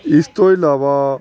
ਇਸ ਤੋਂ ਇਲਾਵਾ